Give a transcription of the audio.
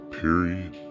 period